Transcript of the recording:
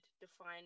define